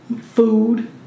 food